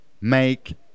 make